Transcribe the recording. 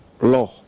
law